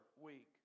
week